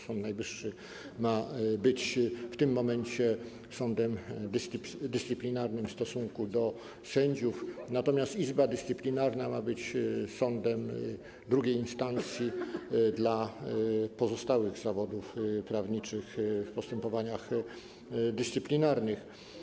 Sąd Najwyższy ma być w tym momencie sądem dyscyplinarnym w stosunku do sędziów, natomiast Izba Dyscyplinarna ma być sądem II instancji dla pozostałych zawodów prawniczych w postępowaniach dyscyplinarnych.